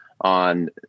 on